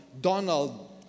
Donald